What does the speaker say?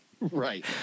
Right